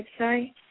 website